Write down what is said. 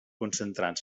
concentrant